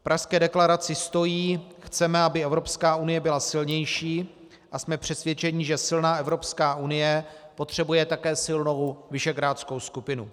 V Pražské deklaraci stojí: Chceme, aby Evropská unie byla silnější, a jsme přesvědčeni, že silná Evropská unie potřebuje také silnou visegrádskou skupinu.